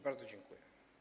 Bardzo dziękuję.